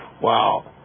Wow